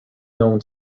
known